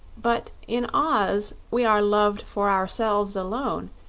but in oz we are loved for ourselves alone,